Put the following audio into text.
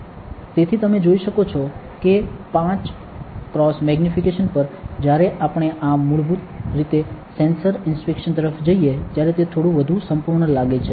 તેથી તમે જોઈ શકો છો કે 5 x મેગ્નીફિકેશન પર જ્યારે આપણે આ મૂળભૂત રીતે સેન્સર ઇન્સ્પેક્શન તરફ જઈએ ત્યારે તે થોડુ વધુ સંપૂર્ણ લાગે છે